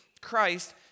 Christ